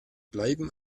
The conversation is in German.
bleiben